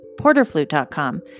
porterflute.com